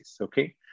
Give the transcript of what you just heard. okay